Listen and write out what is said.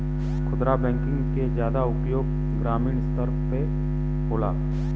खुदरा बैंकिंग के जादा उपयोग ग्रामीन स्तर पे होला